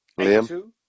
Liam